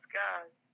guys